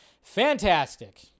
Fantastic